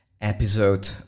episode